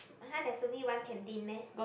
!huh! there's only one canteen meh